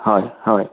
হয় হয়